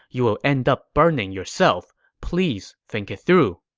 you will end up burning yourself. please think it through.